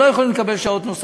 הם לא יכולים לקבל שעות נוספות,